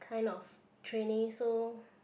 kind of training so